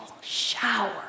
shower